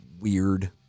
weird